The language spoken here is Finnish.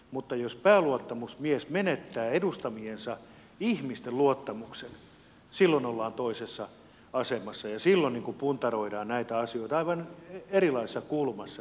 mutta jos pääluottamusmies menettää edustamiensa ihmisten luottamuksen silloin ollaan toisessa asemassa ja silloin puntaroidaan näitä asioita aivan erilaisessa kulmassa